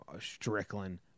Strickland